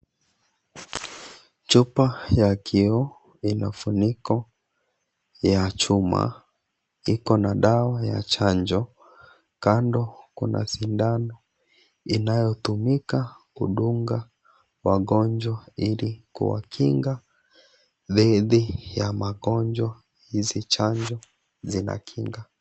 Chupa ya kioo, ina funiko ya chuma. Iko na dawa ya chanjo. Kando kuna sindano, inayotumika kudunga wagonjwa ili kuwakinga didhi ya magonjwa. Hizi chanjo zinakinga.